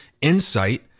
insight